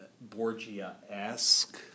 Borgia-esque